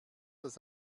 das